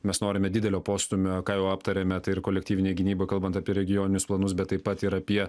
mes norime didelio postūmio ką jau aptarėme tai ir kolektyvinėj gynyboj kalbant apie regioninius planus bet taip pat ir apie